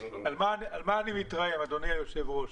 על מה אני מתרעם, אדוני היושב ראש.